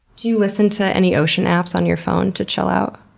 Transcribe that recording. do you listen to any ocean apps on your phone to chill out?